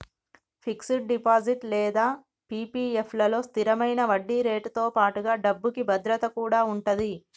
fixed deposit లేదా పీ.పీ.ఎఫ్ లలో స్థిరమైన వడ్డీరేటుతో పాటుగా డబ్బుకి భద్రత కూడా ఉంటది